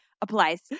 applies